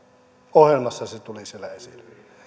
ohjelmassa se tuli siellä esille